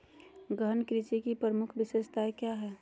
गहन कृषि की प्रमुख विशेषताएं क्या है?